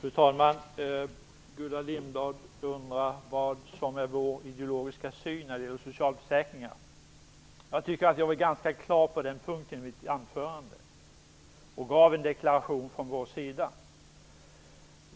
Fru talman! Gullan Lindblad undrar vad som är vår ideologiska syn när det gäller socialförsäkringarna. Jag tycker att jag på den punkten uttryckte mig ganska klart i mitt anförande. Jag gav där en deklaration från vår sida.